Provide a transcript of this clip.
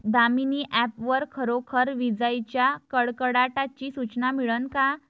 Damini app वर खरोखर विजाइच्या कडकडाटाची सूचना मिळन का?